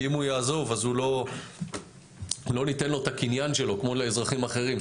כי אם הוא יעזוב אז לא ניתן לו את הקניין שלו כמו לאזרחים אחרים,